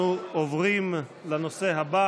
אנחנו עוברים לנושא הבא